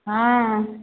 हँ